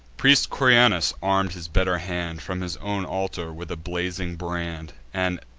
priest corynaeus, arm'd his better hand, from his own altar, with a blazing brand and,